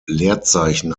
leerzeichen